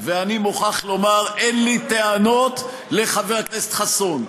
ואני מוכרח לומר, אין לי טענות לחבר הכנסת חסון.